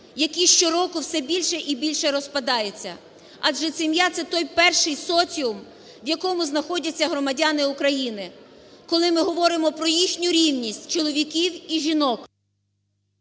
які щороку все більше і більше розпадаються, адже сім'я – це той перший соціум, в якому знаходяться громадяни України, коли ми говоримо про їхню рівність, чоловіків і жінок.